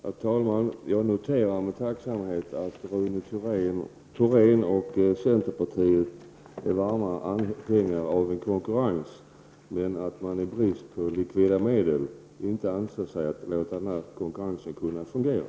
Fru talman! Jag noterar med tacksamhet att Rune Thorén och centerpartiet är varma anhängare av konkurrens men att de i brist på likvida medel inte anser sig kunna få konkurrensen att fungera.